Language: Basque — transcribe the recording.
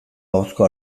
ahozko